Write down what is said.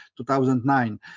2009